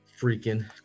freaking